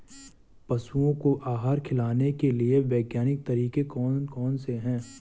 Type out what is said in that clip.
पशुओं को आहार खिलाने के लिए वैज्ञानिक तरीके कौन कौन से हैं?